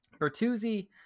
Bertuzzi